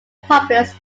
published